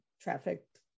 trafficked